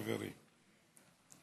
חברי.